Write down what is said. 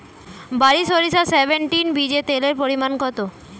বারি সরিষা সেভেনটিন বীজে তেলের পরিমাণ কত?